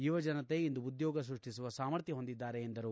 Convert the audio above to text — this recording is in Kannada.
ಯುವ ಜನತೆ ಇಂದು ಉದ್ಯೋಗ ಸೃಷ್ಟಿಸುವ ಸಾಮರ್ಥ್ಯ ಹೊಂದಿದ್ದಾರೆ ಎಂದರು